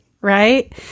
right